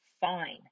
fine